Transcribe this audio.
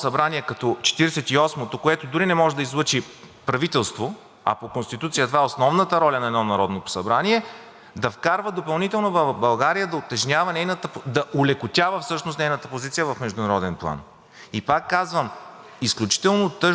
да вкарва допълнително България, да олекотява нейната позиция в международен план. Пак казвам: изключително тъжна е девалвацията на българите като дух, като народност пред едни от нашите най стабилни съюзници. В крайна сметка мнозина от Вас са пътували по света.